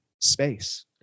space